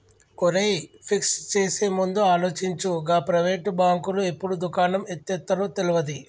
ఒరేయ్, ఫిక్స్ చేసేముందు ఆలోచించు, గా ప్రైవేటు బాంకులు ఎప్పుడు దుకాణం ఎత్తేత్తరో తెల్వది